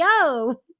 yo